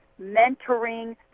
mentoring